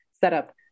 setup